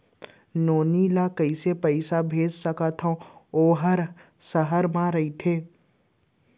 नोनी ल कइसे पइसा भेज सकथव वोकर ह सहर म रइथे?